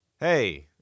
Hey